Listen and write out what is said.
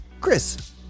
Chris